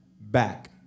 back